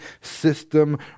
system